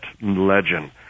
legend